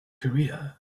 career